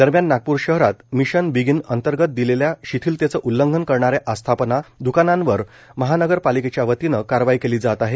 दरम्यान नागपूर शहरात mission begin अंतर्गत दिलेल्या शिथलतेचे उल्लंघन करणाऱ्या आस्थापना द्कानांवर महानगरपालिकेच्या वतीने कारवाई केली जात आहे